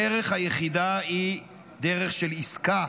הדרך היחידה היא דרך של עסקה.